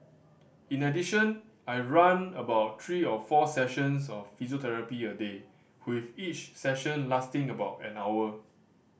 in addition I run about three or four sessions of physiotherapy a day with each session lasting about an hour